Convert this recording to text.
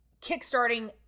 kickstarting